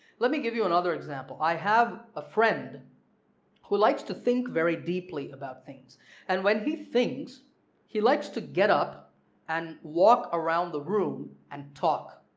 let me give you another example. i have a friend who likes to think very deeply about things and when he thinks he likes to get up and walk around the room and talk,